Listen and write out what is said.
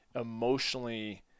emotionally